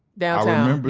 downtown. but